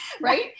Right